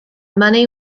money